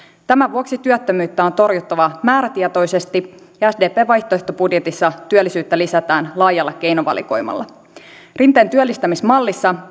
tämän vuoksi työttömyyttä on torjuttava määrätietoisesti ja sdpn vaihtoehtobudjetissa työllisyyttä lisätään laajalla keinovalikoimalla rinteen työllistämismallissa